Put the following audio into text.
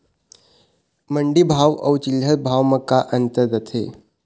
मंडी भाव अउ चिल्हर भाव म का अंतर रथे?